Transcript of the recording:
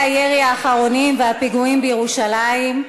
הירי האחרונים והפיגועים בירושלים,